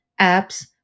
apps